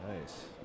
Nice